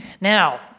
Now